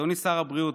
אדוני שר הבריאות,